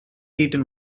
eaten